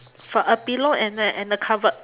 for a pillow and a and a cover